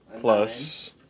plus